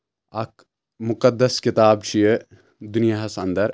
اکھ مُقدس کِتاب چھِ یہِ دُنیاہَس اَنٛدر